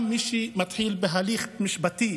גם מי שמתחיל בהליך משפטי